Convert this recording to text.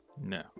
No